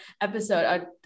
episode